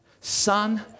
Son